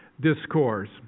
Discourse